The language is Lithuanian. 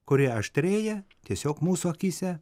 kuri aštrėja tiesiog mūsų akyse